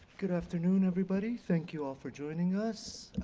good afternoon everybody, thank you all for joining us.